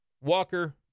Walker